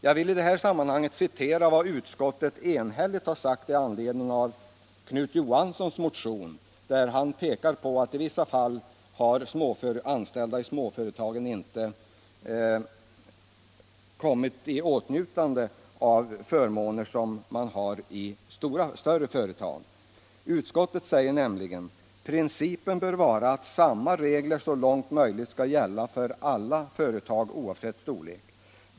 Jag vill i det här sammanhanget citera vad utskottet enhälligt sagt med anledning av socialdemokraten Knut Johanssons motion, där han pekar på att anställda i småföretagen i vissa fall inte har kommit i åtnjutande av förmåner som finns i de större företagen. Utskottet säger nämligen: ”Principen bör vara att samma regler så långt möjligt skall gälla för alla företag oavsett storlek.